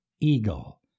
Eagle